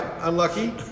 Unlucky